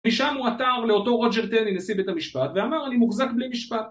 ושם הוא עתר לאותו רוג'ר טרי נשיא בית המשפט ואמר אני מוחזק בלי משפט